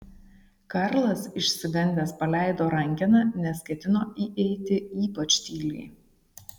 karlas išsigandęs paleido rankeną nes ketino įeiti ypač tyliai